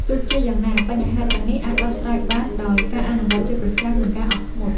ទោះជាយ៉ាងណា បញ្ហាទាំងនេះអាចដោះស្រាយបានដោយការអនុវត្តជាប្រចាំ និងការអត់ធ្មត់។